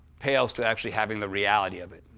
pales to actually having the reality of it.